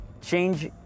Change